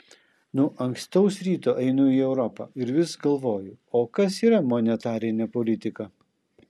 nuo ankstaus ryto einu į europą ir vis galvoju o kas yra monetarinė politika